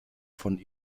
von